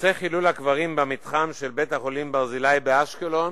נושא חילול הקברים במתחם של בית-החולים "ברזילי" באשקלון